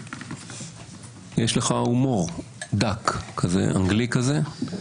יש לך הומור דק כזה, אנגלי כזה,